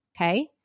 Okay